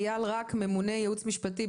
אייל רק, ממונה ייעוץ משפטי.